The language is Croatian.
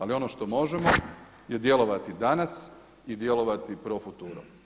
Ali ono što možemo je djelovati danas i djelovati pro futuro.